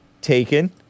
taken